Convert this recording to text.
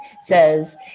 says